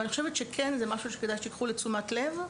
אבל אני חושבת שזה כן משהו שכדאי שתיקחו לתשומת לב.